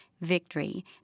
Victory